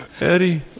Eddie